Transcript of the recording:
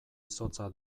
izotza